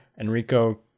Enrico